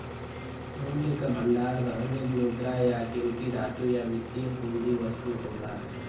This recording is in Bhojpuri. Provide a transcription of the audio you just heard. मूल्य क भंडार धन, मुद्रा, या कीमती धातु या वित्तीय पूंजी वस्तु होला